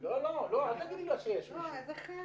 כמובן שהדוח שיוצג עוד מעט על ידי משרד המבקר הוא דוח מלפני